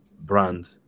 brand